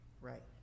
right